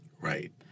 Right